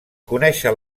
conèixer